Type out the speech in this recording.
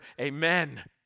Amen